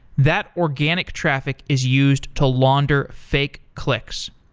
that organic traffic is used to launder fake clicks.